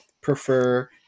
prefer